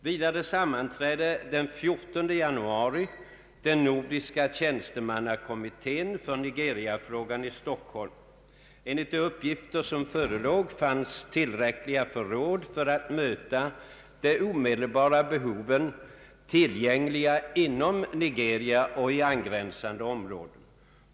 Vidare sammanträdde den 14 januari den nordiska tjänstemannakommittén för Nigeriafrågan i Stockholm. Enligt de uppgifter som förelåg fanns tillräckliga förråd för att möta de omedelbara behoven tillgängliga inom Nigeria och i angränsande om råden.